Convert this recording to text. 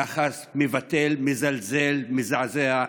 יחס מבטל, מזלזל, מזעזע.